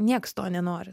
nieks to nenori